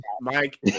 Mike